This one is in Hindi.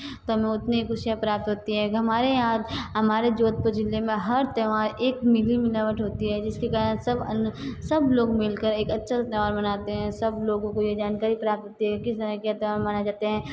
तो हमें उतनी ही खुशियाँ प्राप्त होती हैं कि हमारे यहाँ हमारे जोधपुर ज़िले में हर त्यौंहार एक मिली मिलावट होती है जिसके कारण सब सब लोग मिलकर एक अच्छा सा त्यौहार मनाते हैं सब लोगों को ये जानकारी प्राप्त होती है किस तरह के त्यौहार मनाए जाते हैं